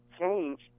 change